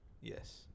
Yes